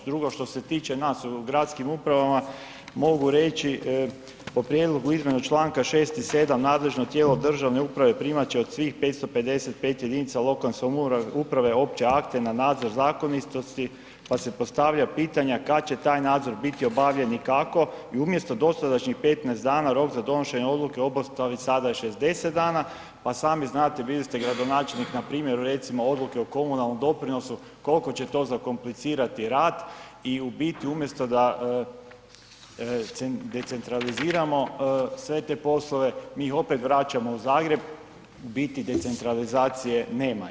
A drugo što se tiče nas u gradskim uprava, mogu reći po prijedlogu izmjene čl. 6. i 7., nadležno tijelo državne uprave primat će od svih 555 jedinica lokalne samouprave opće akte na nadzor zakonitosti pa se postavlja pitanje kad će taj nadzor biti obavljen i kako i umjesto dosadašnjih 15 dana, rok za donošenje odluke o obustavi sada je 60 dana, pa sami znate, bili ste gradonačelnik npr. recimo odluke o komunalnom doprinosu, koliko će to zakomplicirati rad i u biti umjesto da decentraliziramo sve te poslove, mi ih opet vraćamo u Zagreb, u biti decentralizacije nema.